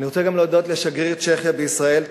אני רוצה גם להודות לשגריר צ'כיה בישראל,